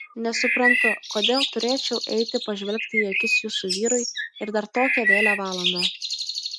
nesuprantu kodėl turėčiau eiti pažvelgti į akis jūsų vyrui ir dar tokią vėlią valandą